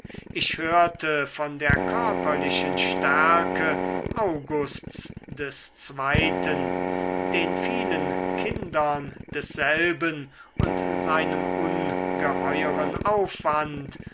ich hörte von der körperlichen stärke augusts des zweiten den vielen kindern desselben und seinem ungeheueren aufwand